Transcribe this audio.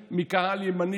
מי היועצת המשפטית?